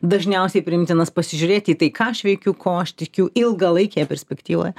dažniausiai priimtinas pasižiūrėti į tai ką aš veikiu kuo aš tikiu ilgalaikėje perspektyvoje